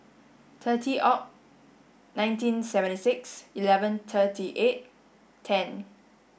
thirty Aug nineteen seventy six eleven thirty eight ten